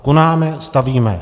Konáme, stavíme.